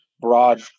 broad